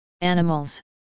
animals